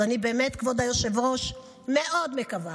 אז אני באמת, כבוד היושב-ראש, מאוד מקווה